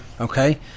okay